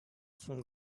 some